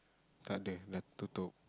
total